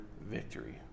victory